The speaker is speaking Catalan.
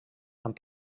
amb